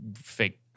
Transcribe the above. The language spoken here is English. fake